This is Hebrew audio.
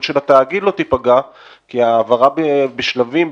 של התאגיד לא תיפגע כי העברה בשלבים,